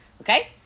Okay